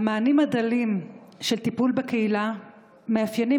המענים הדלים של טיפול בקהילה מאפיינים